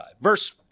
Verse